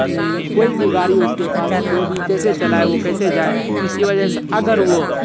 کوئی بھی گاڑی ہو اس کے پاس کوئی بھی کیسے چلائے وہ کیسے جائے تو اسی وجہ سے اگر وہ